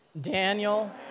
Daniel